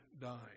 died